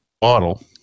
bottle